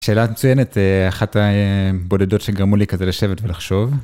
שאלה מצוינת, אחת הבודדות שגרמו לי כזה לשבת ולחשוב.